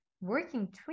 working